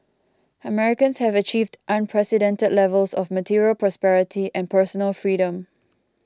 Americans have achieved unprecedented levels of material prosperity and personal freedom